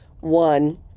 One